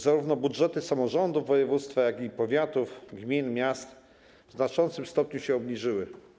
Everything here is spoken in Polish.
Zarówno budżety samorządów województwa, jak i powiatów, gmin czy miast w znaczącym stopniu się obniżyły.